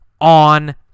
on